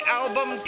album